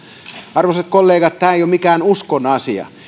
arvoisat kollegat tämä ei ole mikään uskonasia